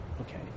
Okay